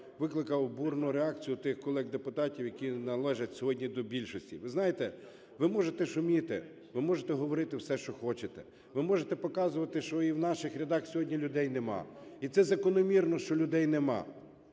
викликав бурну реакцію тих колег-депутатів, які належать сьогодні до більшості. Ви знаєте, ви можете шуміти, ви можете говорити все, що хочете, ви можете показувати, що і в наших рядах сьогодні людей нема, і це закономірно, що людей нема.